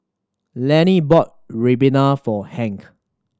Lannie bought ribena for Hank